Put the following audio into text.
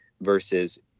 versus